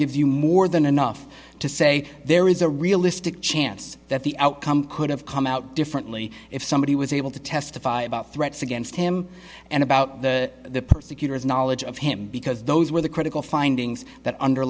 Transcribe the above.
gives you more than enough to say there is a realistic chance that the outcome could have come out differently if somebody was able to testify about threats against him and about the persecutors knowledge of him because those were the critical findings that under